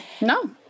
no